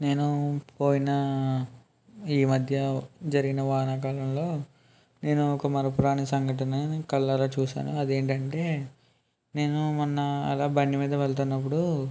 నేను పోయిన ఈమధ్య జరిగిన వానాకాలంలో నేను ఒక మరపురాని సంఘటన నేను కళ్ళారా చూసాను అది ఏంటంటే నేను మొన్న అలా బండి మీద వెళుతున్నప్పుడు